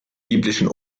biblischen